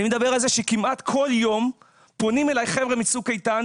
אני מדבר על זה שכמעט כל יום פונים אליי חבר'ה מצוק איתן,